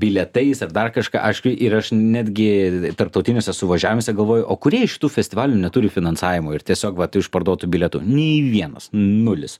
bilietais ar dar kažką aišku ir aš netgi tarptautiniuose suvažiavimuose galvoju o kurie iš tų festivalių neturi finansavimo ir tiesiog vat iš parduotų bilietų nei vienas nulis